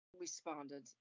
responded